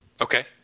Okay